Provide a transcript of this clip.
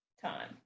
Time